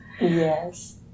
Yes